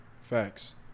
Facts